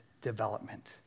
development